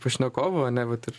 pašnekovu a ne vat ir